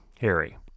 Harry